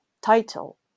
title